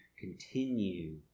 continue